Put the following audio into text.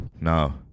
no